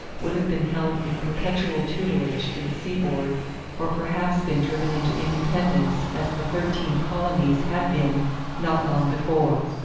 would have been held in perpetual tutelage to the seaboard or perhaps been driven into independence as the thirteen colonies had been not long before.